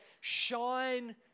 shine